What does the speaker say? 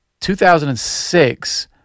2006